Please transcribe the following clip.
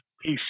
peace